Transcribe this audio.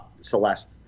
Celeste